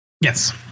yes